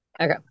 Okay